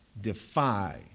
defy